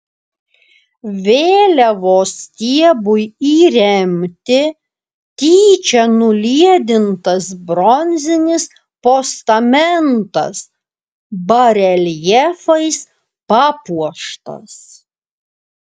vėliavos stiebui įremti tyčia nuliedintas bronzinis postamentas bareljefais papuoštas